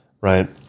right